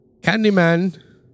Candyman